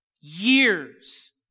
Years